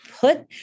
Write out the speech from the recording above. put